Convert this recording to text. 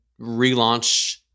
relaunch